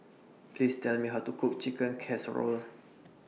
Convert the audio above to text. Please Tell Me How to Cook Chicken Casserole